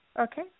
Okay